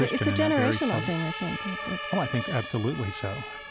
it's a generational thing, i think oh, i think absolutely so.